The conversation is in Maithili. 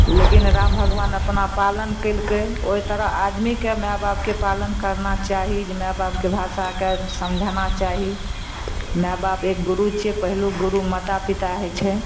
लेकिन राम भगबान अपना पालन कयलकै ओहि तरह आदमीकेँ माए बापके पालन करना चाही जे माए बापके भाषा कए समझाना चाही माए बाप एक गुरु छियै पहिलुक गुरु माता पिता होइ छै